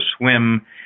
swim